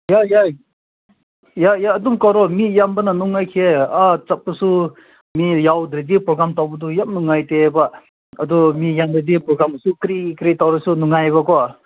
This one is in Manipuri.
ꯌꯥꯏ ꯌꯥꯏ ꯌꯥꯏ ꯌꯥꯏ ꯑꯗꯨꯝ ꯀꯧꯔꯛꯑꯣ ꯃꯤ ꯌꯥꯝꯕꯅ ꯅꯨꯡꯉꯥꯏꯈꯤꯌꯦ ꯑꯥ ꯆꯠꯄꯁꯨ ꯃꯤ ꯌꯥꯎꯗ꯭ꯔꯗꯤ ꯄ꯭ꯔꯣꯒ꯭ꯔꯥꯝ ꯇꯧꯕꯗꯣ ꯌꯥꯝ ꯅꯨꯡꯉꯥꯏꯇꯦꯕ ꯑꯗꯣ ꯃꯤ ꯌꯥꯝꯗ꯭ꯔꯗꯤ ꯄ꯭ꯔꯣꯒ꯭ꯔꯥꯝꯁꯨ ꯀꯔꯤ ꯀꯔꯤ ꯇꯧꯔꯁꯨ ꯅꯨꯡꯉꯥꯏꯕꯀꯣ